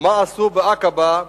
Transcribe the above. מה עשו בעקבה.